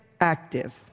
active